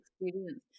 experience